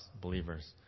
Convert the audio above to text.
believers